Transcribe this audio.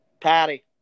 Patty